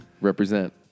Represent